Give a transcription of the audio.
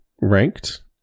ranked